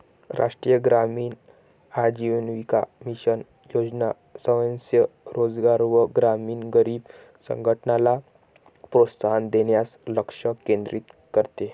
राष्ट्रीय ग्रामीण आजीविका मिशन योजना स्वयं रोजगार व ग्रामीण गरीब संघटनला प्रोत्साहन देण्यास लक्ष केंद्रित करते